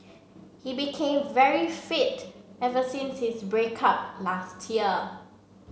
he became very fit ever since his break up last year